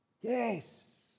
Yes